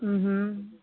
હં હં